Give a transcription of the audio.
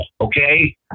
Okay